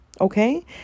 okay